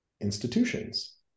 institutions